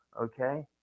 Okay